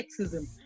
sexism